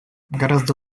гораздо